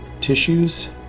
tissues